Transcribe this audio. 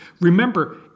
Remember